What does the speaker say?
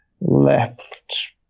left